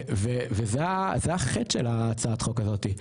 וזה החטא של הצעת החוק הזאת.